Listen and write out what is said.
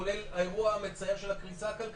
כולל האירוע המצער של הקריסה הכלכלית הזאת.